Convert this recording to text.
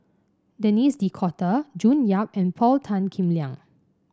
Denis D'Cotta June Yap and Paul Tan Kim Liang